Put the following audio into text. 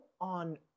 on